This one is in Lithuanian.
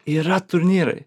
yra turnyrai